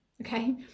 Okay